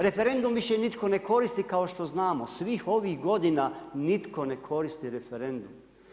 Referendum više nitko ne koristi kao što znamo, svih ovih godina nitko ne koristi referendum.